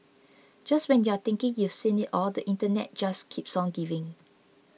just when you're thinking you've seen it all the Internet just keeps on giving